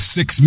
Six